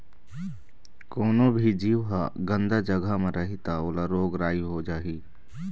कोनो भी जीव ह गंदा जघा म रही त ओला रोग राई हो जाही